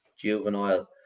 juvenile